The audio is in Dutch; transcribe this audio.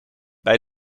bij